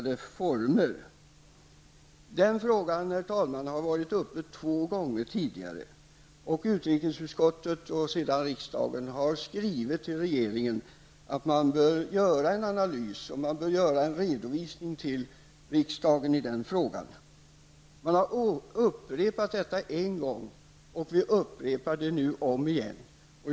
Den frågan, herr talman, har varit uppe två gånger tidigare, och utrikesutskottet och sedan riksdagen har sedan skrivit till regeringen att man bör göra en analys och ge en redovisning till riksdagen i den frågan. Man har upprepat detta en gång, och vi upprepar detta nu igen.